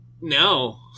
No